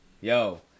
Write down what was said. yo